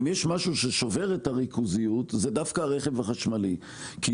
אם יש משהו ששובר את הריכוזיות זה דווקא הרכב החשמלי כי